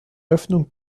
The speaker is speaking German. öffnung